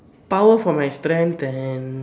power for my strength and